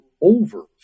over